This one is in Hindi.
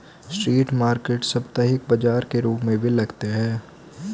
स्ट्रीट मार्केट साप्ताहिक बाजार के रूप में भी लगते हैं